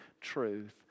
truth